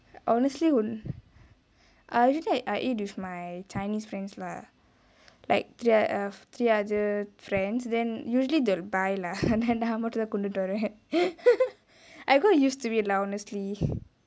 honestly err usually I eat with my chinese friends lah like three of three other friends then usually they will buy lah then நா மட்டுந்தா கொன்டுட்டு வருவே:naa mattuthaa konduttu varuvae I got used to it lah honestly